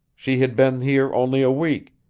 she had been here only a week.